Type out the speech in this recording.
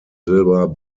silber